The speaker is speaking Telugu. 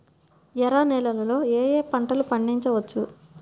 ఎర్ర నేలలలో ఏయే పంటలు పండించవచ్చు?